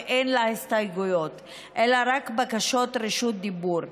ואין לה הסתייגויות אלא רק בקשות רשות דיבור.